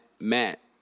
matt